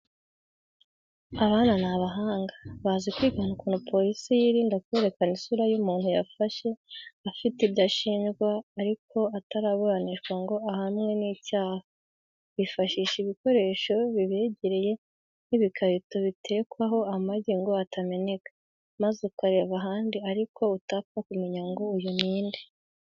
Abana ni abahanga, bazi kwigana ukuntu polisi yirinda kwerekana isura y'umuntu yafashe afite ibyo ashinjwa ariko ataraburanishwa ngo ahamwe n'icyaha; bifashisha ibikoresho bibegereye nk'ibikarito biterekwaho amagi ngo atameneka, maze ukareba ahandi ariko utapfa kumenya ngo uyu ni inde.